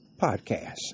Podcast